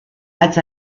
als